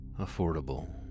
Affordable